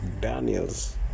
Daniels